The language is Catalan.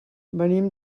venim